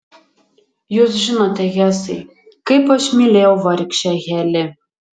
jūs žinote hesai kaip aš mylėjau vargšę heli